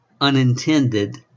unintended